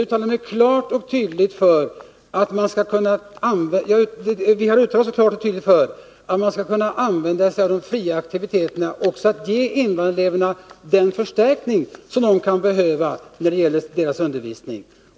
Vi har klart och tydligt uttalat oss för att man skall kunna använda de fria aktiviteterna till att ge invandrareleverna den förstärkning i undervisningen som de kan behöva.